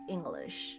English